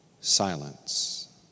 silence